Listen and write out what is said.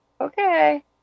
okay